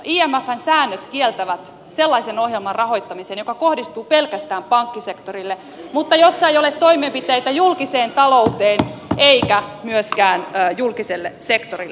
imfn säännöt kieltävät sellaisen ohjelman rahoittamisen joka kohdistuu pelkästään pankkisektorille mutta jossa ei ole toimenpiteitä julkiseen talouteen eikä myöskään julkiselle sektorille